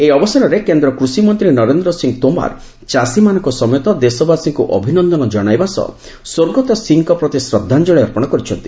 ଏହି ଅବସରରେ କେନ୍ଦ୍ର କୃଷିମନ୍ତ୍ରୀ ନରେନ୍ଦ୍ର ସିଂହ ତୋମାର ଚାଷୀମାନଙ୍କ ସମେତ ଦେଶବାସୀଙ୍କୁ ଅଭିନନ୍ଦନ ଜଣାଇବା ସହ ସ୍ୱର୍ଗତ ସିଂହଙ୍କ ପ୍ରତି ଶ୍ରଦ୍ଧାଞ୍ଜଳୀ ଅର୍ପଣ କରିଛନ୍ତି